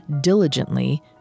diligently